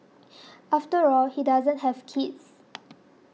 after all he doesn't have kids